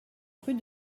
rue